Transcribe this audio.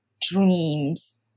dreams